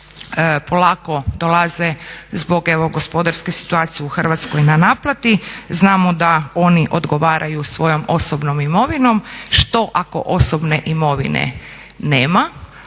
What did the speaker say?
polako dolaze zbog evo gospodarske situacije u Hrvatskoj na naplatu. Znamo da oni odgovaraju svojom osobnom imovinom. Što ako osobne imovine nema,